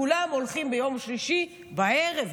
כולם הולכים ביום שלישי בערב,